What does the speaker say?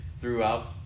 throughout